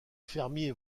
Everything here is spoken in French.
fermiers